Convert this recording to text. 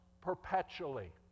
perpetually